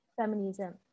feminism